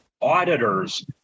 Auditors